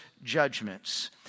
judgments